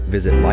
Visit